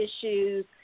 issues